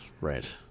Right